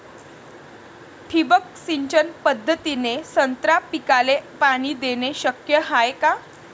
ठिबक सिंचन पद्धतीने संत्रा पिकाले पाणी देणे शक्य हाये का?